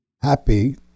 happy